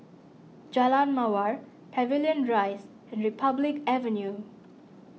Jalan Mawar Pavilion Rise and Republic Avenue